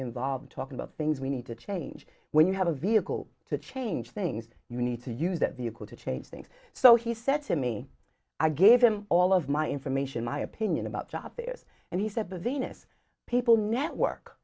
involved talking about things we need to change when you have a vehicle to change things you need to use that vehicle to change things so he said to me i gave him all of my information my opinion about job fairs and he said the venus people network